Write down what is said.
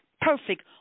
perfect